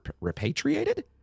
repatriated